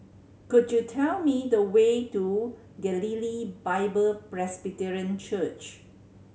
could you tell me the way to Galilee Bible Presbyterian Church